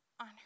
on